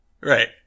right